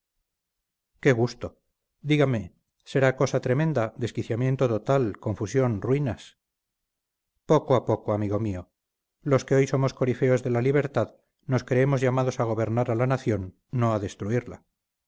qué gusto dígame será cosa tremenda desquiciamiento total confusión ruinas poco a poco amigo mío los que hoy somos corifeos de la libertad nos creemos llamados a gobernar a la nación no a destruirla